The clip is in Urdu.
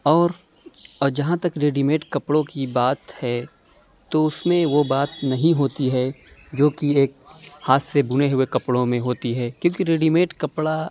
اور اور جہاں تک ریڈی میڈ کپڑوں کی بات ہے تو اُس میں وہ بات نہیں ہوتی ہے جو کہ ایک ہاتھ سے بُنے ہوئے کپڑوں میں ہوتی ہے کیوں کہ ریڈی میڈ کپڑا